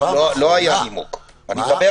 אתקן